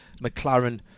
McLaren